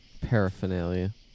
Paraphernalia